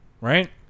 Right